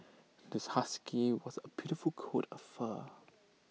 this husky was A beautiful coat of fur